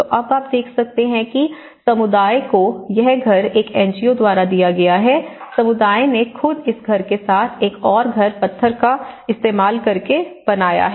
तो अब आप देख सकते हैं कि एक समुदाय को यह घर एक एनजीओ द्वारा दिया गया है समुदाय ने खुद इस घर के साथ एक और घर पत्थर का इस्तेमाल करके बनाया है